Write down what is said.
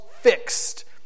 fixed